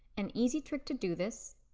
an easy trick to do this,